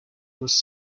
was